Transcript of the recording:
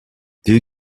due